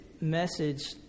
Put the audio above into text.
message